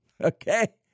Okay